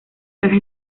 caja